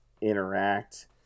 interact